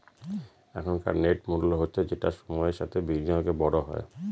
এখনকার নেট মূল্য হচ্ছে যেটা সময়ের সাথে বিনিয়োগে বড় হয়